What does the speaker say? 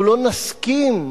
נסכים